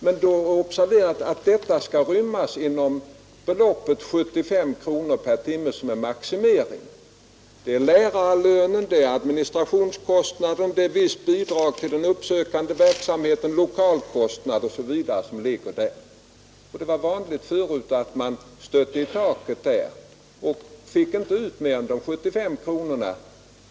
Men då är att observera att detta skall rymmas inom beloppet 75 kronor per timme, som är en maximering. Däri ligger lärarlön, administrationskostnader, visst bidrag till den uppsökande verksamheten, lokalkostnad osv. Det var förut vanligt att man stötte i taket och inte fick ut mer än de 75 kronorna.